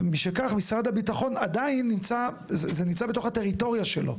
זה נמצא בתוך הטריטוריה של משרד הביטחון.